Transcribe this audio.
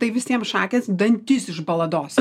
tai visiem šakės dantis išbaladosiu